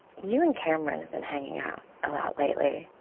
you and cameron had been hanging out a lot lately.